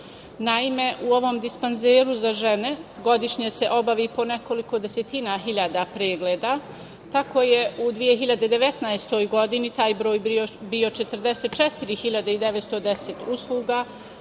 Pazar. Naime, u ovom dispanzeru za žene godišnje se obavi po nekoliko desetina hiljada pregleda. Tako je u 2019. godini taj broj je bio 44.910 usluga,